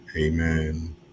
Amen